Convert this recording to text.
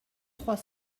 trois